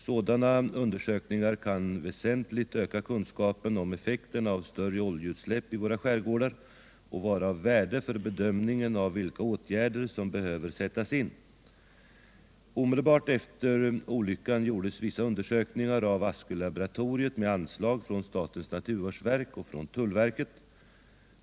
Sådana undersökningar kan väsentligt öka kunskapen om effekterna av större oljeutsläpp i våra skärgårdar och vara av värde för bedömningen av vilka åtgärder som behöver sättas in. Omedelbart efter olyckan gjordes vissa undersökningar av Askölaboratoriet med anslag från statens naturvårdsverk och från tullverket.